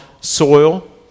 soil